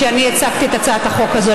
כשאני הצגתי את הצעת החוק הזאת,